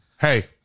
Hey